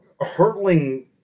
hurtling